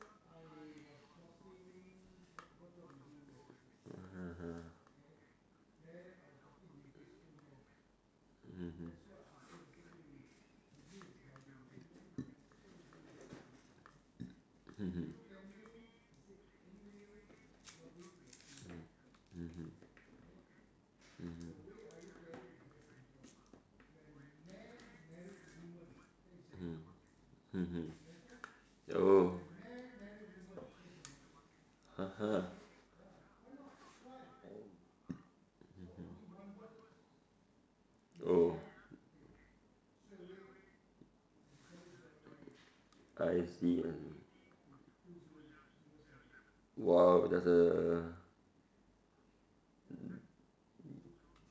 mmhmm mmhmm mmhmm mm mmhmm mm mmhmm oh (uh huh) mmhmm oh